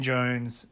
Jones